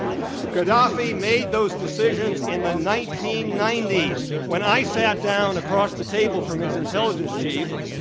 gaddafi made those decisions in the nineteen ninety s. when i sat down across the table from his intelligence chief,